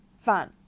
Fun